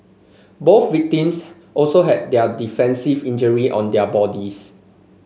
both victims also had their defensive injury on their bodies